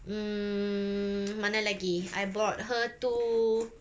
mm mana lagi I brought her to